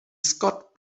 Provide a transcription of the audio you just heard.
scott